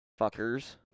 Fuckers